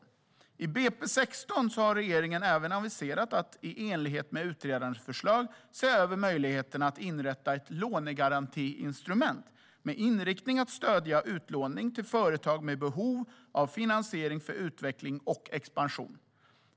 I budgetpropositionen för 2016 aviserade regeringen även att i enlighet med utredarens förslag se över möjligheterna att inrätta ett lånegarantiinstrument med inriktning att stödja utlåning till företag som är i behov av finansiering för utveckling och expansion.